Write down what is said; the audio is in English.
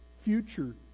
future